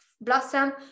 blossom